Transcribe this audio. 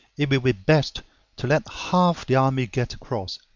it will be best to let half the army get across,